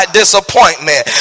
disappointment